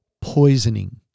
poisoning